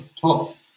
top